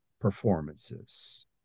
performances